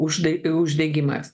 užde uždegimas